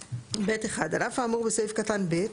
(ב1) על אף האמור בסעיף קטן (ב),